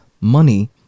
money